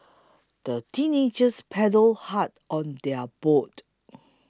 the teenagers paddled hard on their boat